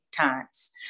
times